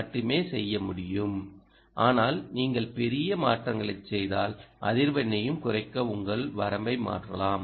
S மட்டுமே செய்ய முடியும் ஆனால் நீங்கள் பெரிய மாற்றங்களைச் செய்தால் அதிர்வெண்ணையும் குறைக்க உங்கள் வரம்பை மாற்றலாம்